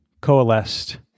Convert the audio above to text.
coalesced